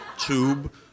Tube